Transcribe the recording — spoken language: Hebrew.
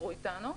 דיברו איתנו,